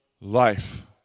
life